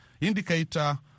indicator